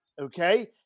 Okay